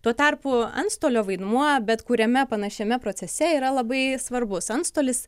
tuo tarpu antstolio vaidmuo bet kuriame panašiame procese yra labai svarbus antstolis